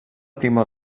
primo